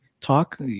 talk